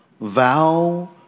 vow